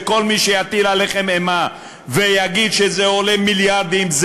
וכל מי שיטיל עליכם אימה ויגיד שזה עולה מיליארדים,